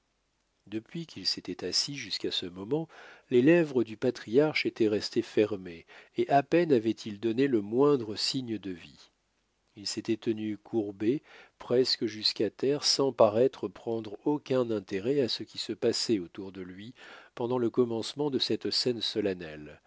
depuis qu'il s'était assis jusqu'à ce moment les lèvres du patriarche étaient restées fermées et à peine avait-il donné le moindre signe de vie il s'était tenu courbé presque jusqu'à terre sans paraître prendre aucun intérêt à ce qui se passait autour de lui pendant le commencement de cette scène solennelle